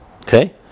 Okay